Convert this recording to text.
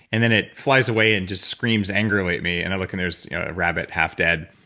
and then it flies away and just screams angrily at me. and i look, and there's a rabbit half dead.